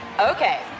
Okay